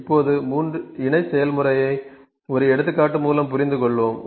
இப்போது இணை செயல்முறையை ஒரு எடுத்துக்காட்டு மூலம் புரிந்துகொள்வோம்